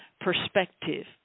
perspective